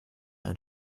ein